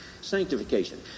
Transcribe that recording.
Sanctification